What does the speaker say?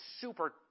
super